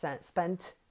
spent